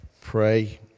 pray